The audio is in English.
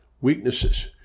weaknesses